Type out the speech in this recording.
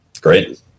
Great